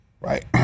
right